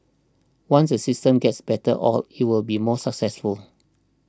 once the system gets better oiled it will be more successful